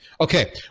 Okay